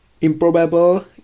improbable